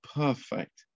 perfect